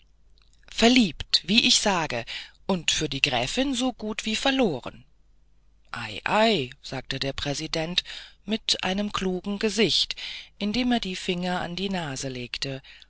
verliebt wie ich sage und für die gräfin so gut wie verloren ei ei sagte der präsident mit einem klugen gesicht indem er die finger an die nase legte